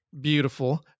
Beautiful